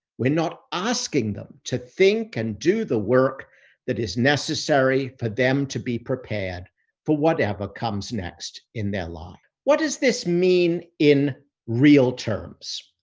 we're not asking them to think and do the work that is necessary for them to be prepared for whatever comes next in their life. what does this mean in real terms?